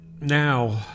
now